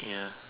yeah